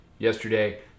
Yesterday